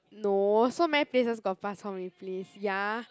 no so many places got Bak Chor Mee please ya